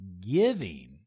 giving